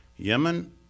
Yemen